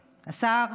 השר,